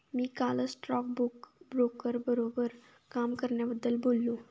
मी कालच स्टॉकब्रोकर बरोबर काम करण्याबद्दल बोललो